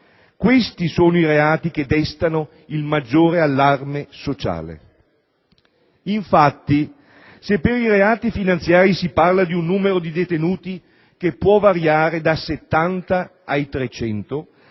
Questi sono i reati che destano il maggiore allarme sociale. Infatti, se per i reati finanziarsi si parla di un numero di detenuti che può variare dai 70 ai 300,